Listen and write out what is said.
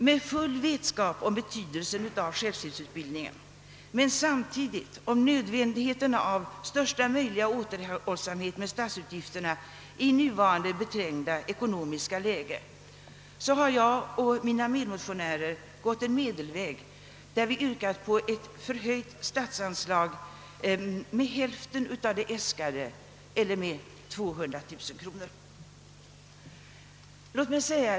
Medc full vetskap om betydelsen av självskyddsutbildningen men samtidigt om nödvändigheten av största möjliga återhållsamhet med statsutgifterna i nuvarande beträngda ekonomiska läge har jag och mina medmotionärer gått en medelväg och yrkat på en höjning av statsanslaget med hälften av det äskade eller med 200 000 kronor. Herr talman!